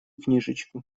книжечку